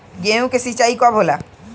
गेहूं के सिंचाई कब होला?